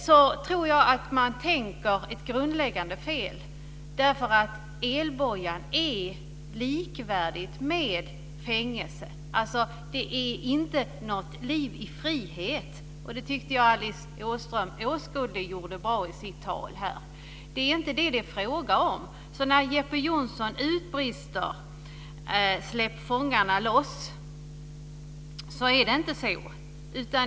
Jag tror att de gör ett grundläggande tankefel. Elbojan är likvärdigt med fängelse. Det är inte något liv i frihet. Det tycker jag att Alice Åström åskådliggjorde bra i sitt tal. Det är inte vad det är fråga om. Jeppe Johnsson utbrister: Släpp fångarna loss. Det är inte så.